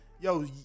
Yo